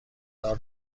دار